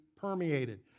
permeated